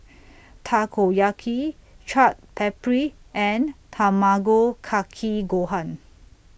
Takoyaki Chaat Papri and Tamago Kake Gohan